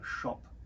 shop